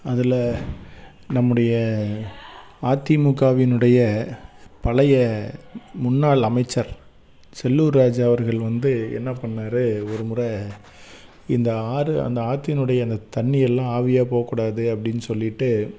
அதில் நம்முடைய அதிமுகவினுடைய பழைய முன்னாள் அமைச்சர் செல்லூர் ராஜ் அவர்கள் வந்து என்ன பண்ணாரு ஒரு முறை இந்த ஆறு அந்த ஆற்றினுடைய அந்த தண்ணியெல்லாம் ஆவியாக போகக்கூடாது அப்படின் சொல்லிவிட்டு